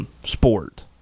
Sport